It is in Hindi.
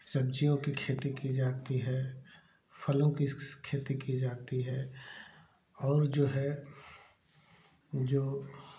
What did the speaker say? सब्जियों की खेती की जाती है फलो की खेती की जाती है और जो है जो